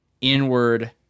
inward